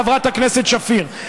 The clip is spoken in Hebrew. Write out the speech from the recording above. חברת הכנסת שפיר.